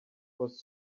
was